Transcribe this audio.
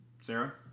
Sarah